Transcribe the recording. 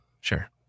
Sure